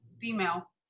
female